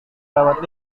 lewat